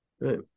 right